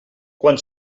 quan